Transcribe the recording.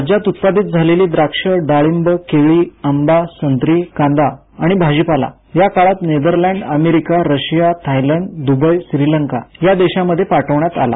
राज्यात उत्पादित झालेली द्राक्ष डाळिंब केळी आंबा संत्रा कांदा आणि भाजीपाला या काळात Netherlands America Russia Thailand Dubai Sri Lanka या देशांमध्ये पाठवण्यात आला